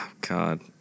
God